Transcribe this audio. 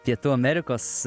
pietų amerikos